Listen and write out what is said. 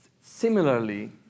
Similarly